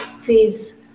phase